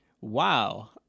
Wow